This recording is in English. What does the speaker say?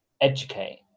educate